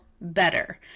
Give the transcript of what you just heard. better